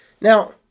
Now